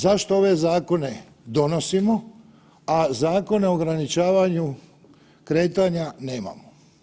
Zašto ove zakone donosimo, a zakone o ograničavanju kretanja nemamo.